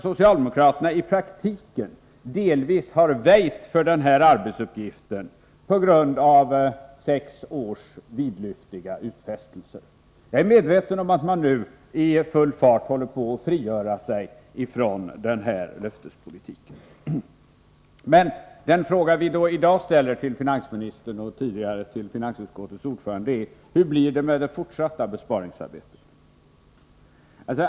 Socialdemokraterna torde i praktiken delvis ha väjt för denna arbetsuppgift på grund av bördan av sex års vidlyftiga utfästelser. Jag är medveten om att man nu i full fart håller på att frigöra sig från denna löftespolitik. Den fråga som vi i dag ställer till finansministern och tidigare ställt till finansutskottets ordförande är: Hur blir det med det fortsatta besparingsarbetet?